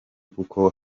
kuko